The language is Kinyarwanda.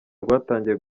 rwatangiye